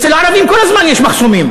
אצל הערבים כל הזמן יש מחסומים.